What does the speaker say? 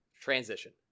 Transition